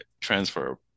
transfer